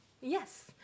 yes